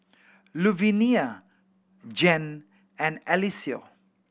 Luvinia Jan and Eliseo